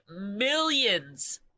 millions